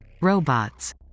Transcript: Robots